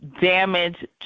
damage